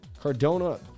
Cardona